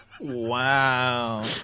Wow